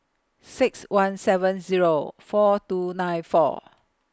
six one seven Zero four two nine four